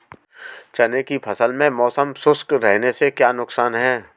चने की फसल में मौसम शुष्क रहने से क्या नुकसान है?